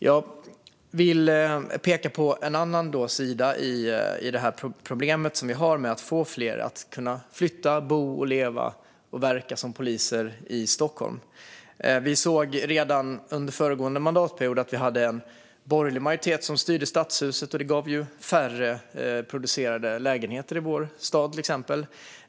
Jag vill peka på en annan sida av problemet med att få fler att bo, leva och verka som poliser i Stockholm. Vi såg redan under föregående mandatperiod när en borgerlig majoritet styrde Stadshuset att det producerades färre lägenheter i vår stad, till exempel.